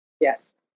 Yes